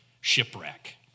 shipwreck